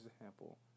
example